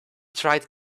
tried